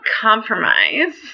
compromise